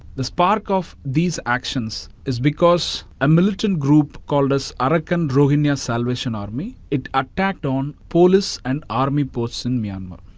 the spark of these actions is because a militant group called as the arakan rohingya salvation army. it attacked on police and army posts in myanmar.